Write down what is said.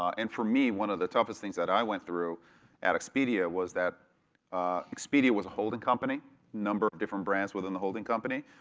um and for me, one of the toughest things that i went through at expedia was that expedia was a holding company, a number of different brands within the holding company.